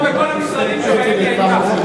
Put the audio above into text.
כמו בכל המשרדים שבהם היא היתה.